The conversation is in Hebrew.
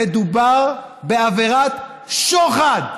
מדובר בעבירת שוחד.